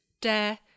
DARE